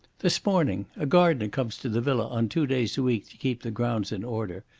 this morning. a gardener comes to the villa on two days a week to keep the grounds in order.